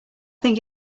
think